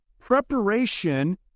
Preparation